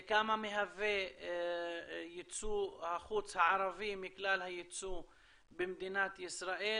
כמה מהווה יצוא החוץ הערבי מכלל היצוא במדינת ישראל